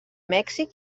mèxic